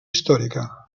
històrica